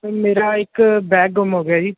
sir ਮੇਰਾ ਇੱਕ bag ਗੁੰਮ ਹੋ ਗਿਆ ਜੀ